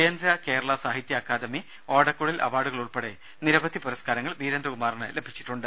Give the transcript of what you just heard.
കേന്ദ്ര കേരള സാഹിത്യ അക്കാദമി ഓടക്കുഴൽ അവാർഡുകൾ ഉൾപ്പെടെ നിരവധി പുരസ്കാരങ്ങൾ വീരേന്ദ്രകുമാറിന് ലഭിച്ചിട്ടുണ്ട്